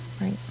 Right